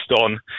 on